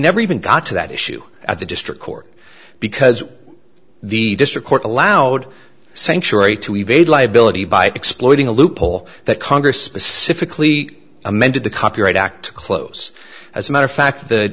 never even got to that issue at the district court because the district court allowed sanctuary to evade liability by exploiting a loophole that congress specifically amended the copyright act close as a matter of fact the